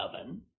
oven